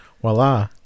Voila